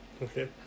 Okay